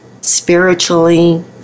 spiritually